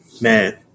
Man